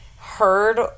heard